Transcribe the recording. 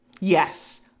Yes